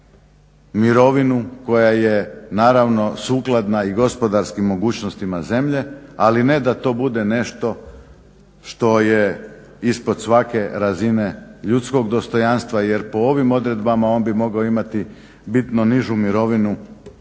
mirovinu koja je naravno sukladna i gospodarskim mogućnostima zemlje, ali ne da to bude nešto što je ispod svake razine ljudskog dostojanstva. Jer po ovim odredbama on bi mogao imati bitno nižu mirovinu